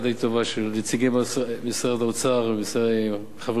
של נציגי משרד האוצר עם חברים מההסתדרות,